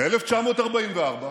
ב-1944,